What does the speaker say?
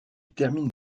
termine